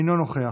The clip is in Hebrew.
אינו נוכח,